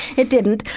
it didn't.